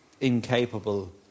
incapable